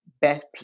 best